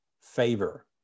favor